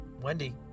Wendy